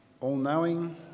all-knowing